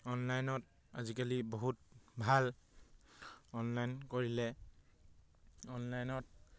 অনলাইনত আজিকালি বহুত ভাল অনলাইন কৰিলে অনলাইনত